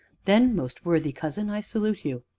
then, most worthy cousin, i salute you,